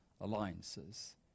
alliances